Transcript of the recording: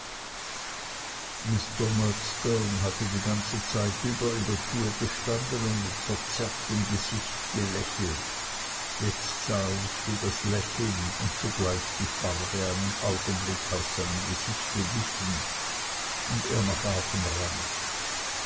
murdstone hatte die ganze zeit über in der tür gestanden und mit verzerrtem gesicht gelächelt jetzt sah ich wie das lächeln und zugleich die farbe einen augenblick auf seinem gesicht wichen und er nach atem rang